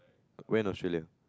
went Australia